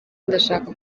ndashaka